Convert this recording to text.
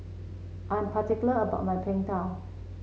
I am particular about my Png Tao